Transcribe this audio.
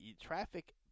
Traffic